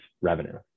revenue